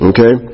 Okay